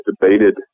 debated